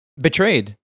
Betrayed